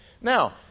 now